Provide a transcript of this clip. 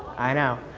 i know.